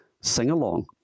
sing-along